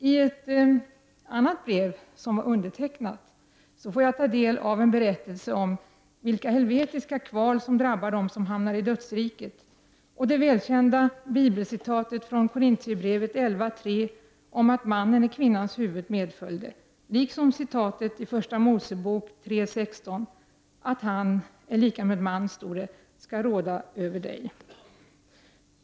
I ett annat brev, som var undertecknat, får jag ta del av en berättelse om vilka helvetiska kval som drabbar dem som hamnar i dödsriket. Det välkända bibelcitatet från Kor. 11:3 om att mannen är kvinnans huvud medföljde, liksom citatet i I Mos. 3:16 att han, dvs. mannen, skall råda över dig.